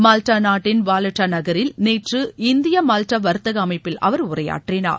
மால்தா நாட்டின் வாலட்டா நகரில் நேற்று இந்திய மால்டா வா்த்தக அமைப்பில் அவர் உரையாற்றினார்